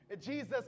Jesus